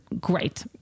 Great